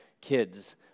kids